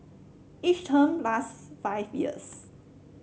each term lasts five years